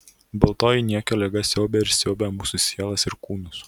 baltoji niekio liga siaubė ir siaubia mūsų sielas ir kūnus